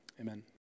Amen